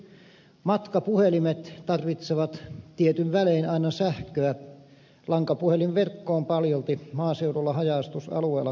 esimerkiksi matkapuhelimet tarvitsevat tietyin välein aina sähköä lankapuhelinverkko on paljolti maaseudulla haja asutusalueella kadonnut